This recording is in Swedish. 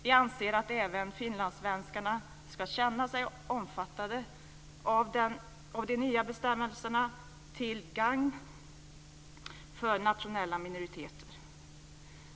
Vi anser att även finlandssvenskarna ska känna sig omfattade av de nya bestämmelserna till gagn för nationella minoriteter.